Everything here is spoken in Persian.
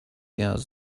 نیاز